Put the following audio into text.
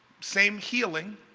same healing,